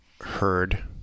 heard